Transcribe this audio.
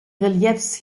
reliefs